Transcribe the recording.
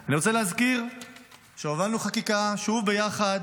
אני רוצה להזכיר שהובלנו חקיקה, שוב ביחד,